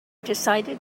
decided